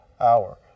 hour